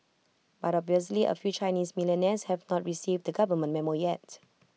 but obviously A few Chinese millionaires have not received the government Memo yet